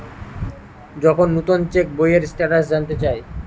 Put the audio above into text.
যখন নুতন চেক বইয়ের স্টেটাস জানতে চায়